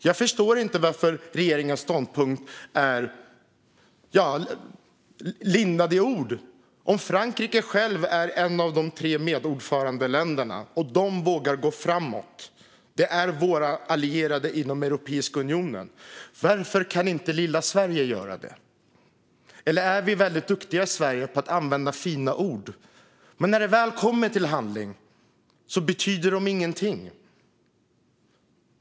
Jag förstår inte varför regeringens ståndpunkt är lindad i ord. Om Frankrike, som är ett av de tre medordförandeländerna och hör till våra allierade inom Europeiska unionen, vågar gå framåt, varför kan då inte lilla Sverige göra det? Är det så att vi i Sverige är väldigt duktiga på att använda fina ord men att de inte betyder någonting när det väl kommer till handling?